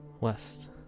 West